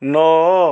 ନଅ